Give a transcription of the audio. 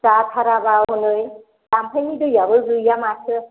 जाथाराबा हनै जामफैनि दैआबो गैया माथो